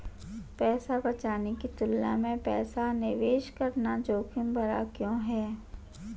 पैसा बचाने की तुलना में पैसा निवेश करना जोखिम भरा क्यों है?